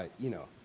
ah you know,